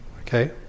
Okay